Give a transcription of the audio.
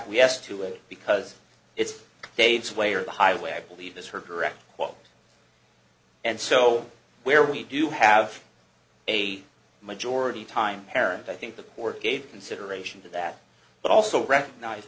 acquiesced to it because it's states way or the highway i believe that her direct quote and so where we do have a majority time parent i think the court gave consideration to that but also recognize